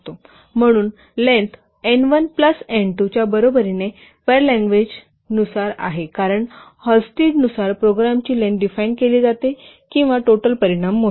म्हणून length n 1 plus n 2 च्या बरोबरीने परिलँग्वेज नुसार आहे कारण हल्स्टेडनुसार प्रोग्रामची लेन्थ डिफाइन केली जाते किंवा टोटलपरिमाण मोजते